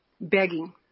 begging